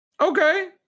Okay